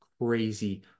crazy